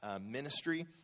ministry